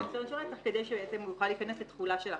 טרור או לא מעשה טרור כהגדרתו בחוק המאבק בטרור.